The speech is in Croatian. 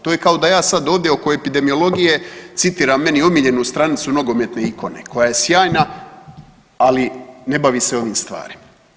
To je kao da ja sad ovdje oko epidemiologije citiram meni omiljenu stranicu nogometne ikone koja je sjajna, ali ne bavi se ovim stvarima.